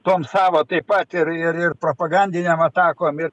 tom savo taip pat ir ir propagandinėm atakon